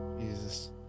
Jesus